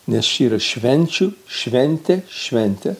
nes čia yra švenčių šventė šventė